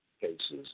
cases